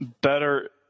better